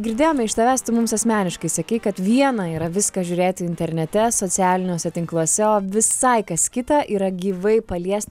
girdėjome iš tavęs tu mums asmeniškai sakei kad viena yra viską žiūrėti internete socialiniuose tinkluose o visai kas kita yra gyvai palies